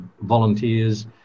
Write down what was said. Volunteers